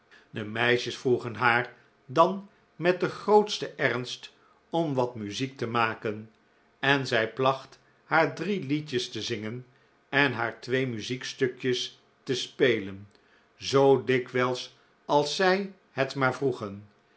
de meisjes vroegen haar dan met den grootsten ernst om wat muziek te maken en zij placht haar drie liedjes te zingen en haar twee muziekstukjes te spelen zoo dikwijls als zij het maar vroegen